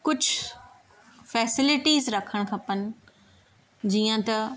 कुझु फैसिलीटीस रखणु खपनि जीअं त